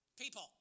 People